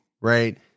right